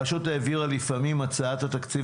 הרשות העבירה לפעמים את הצעת התקציב